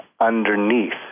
underneath